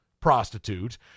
prostitute